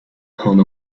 home